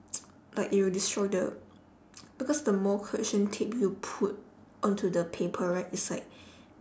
like it will destroy the because the more correction tape you put onto the paper right it's like